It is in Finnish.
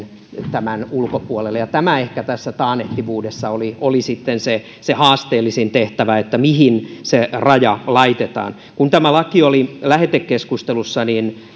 tämän ulkopuolelle tämä oli ehkä tässä taannehtivuudessa se se haasteellisin tehtävä että mihin se raja laitetaan kun tämä laki oli lähetekeskustelussa